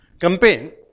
campaign